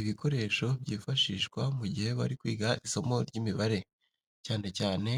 ibikoresho byifashishwa mu gihe bari kwiga isomo ry'imibare cyane cyane